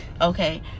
Okay